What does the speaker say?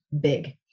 big